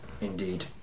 indeed